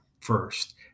first